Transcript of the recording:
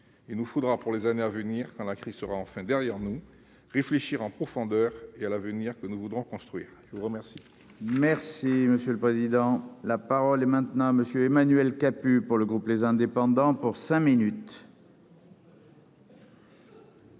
Il nous faudra pour les années à venir, quand la crise sera enfin derrière nous, réfléchir en profondeur à l'avenir que nous voudrons construire. La parole